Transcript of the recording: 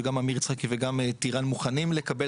כשגם עמיר יצחקי וגם טיראן מוכנים לקבל